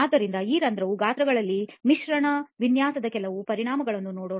ಆದ್ದರಿಂದ ಈ ರಂಧ್ರದ ಗಾತ್ರಗಳಲ್ಲಿ ಮಿಶ್ರಣ ವಿನ್ಯಾಸದ ಕೆಲವು ಪರಿಣಾಮಗಳನ್ನು ನೋಡೋಣ